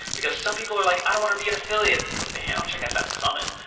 because some people are like i don't wanna be an affiliate. but man, i'll check out that summit.